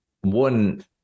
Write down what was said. one